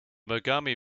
mogami